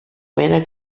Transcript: mena